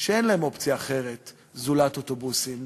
שאין להם אופציה אחרת זולת אוטובוסים,